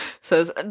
says